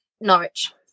Norwich